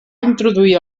introduir